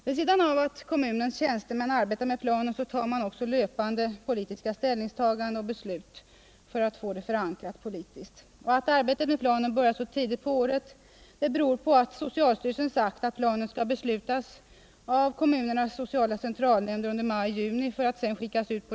Vid sidan av att kommunernas tjänstemän arbetar med planen sker också löpande politiska ställningstaganden, och beslut fattas för att få den politiska förankringen. Att arbetet med planen börjar så tidigt på året beror på att socialstyrelsen har sagt, att planen skall beslutas av kommunernas sociala Herr talman!